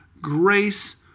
grace